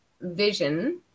vision